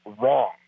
Wrong